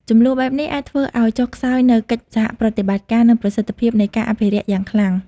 ជម្លោះបែបនេះអាចធ្វើឱ្យចុះខ្សោយនូវកិច្ចសហប្រតិបត្តិការ និងប្រសិទ្ធភាពនៃការអភិរក្សយ៉ាងខ្លាំង។